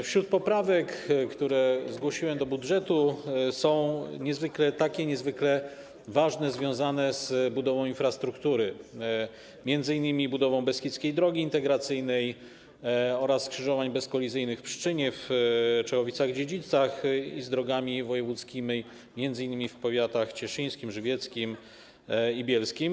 Wśród poprawek, które zgłosiłem do budżetu, są niezwykle ważne związane z budową infrastruktury, m.in. budową Beskidzkiej Drogi Integracyjnej oraz skrzyżowań bezkolizyjnych w Pszczynie i w Czechowicach-Dziedzicach, z drogami wojewódzkimi m.in. w powiatach cieszyńskim, żywieckim i bielskim.